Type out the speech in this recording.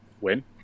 win